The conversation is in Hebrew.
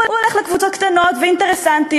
הוא הולך לקבוצות קטנות ואינטרסנטיות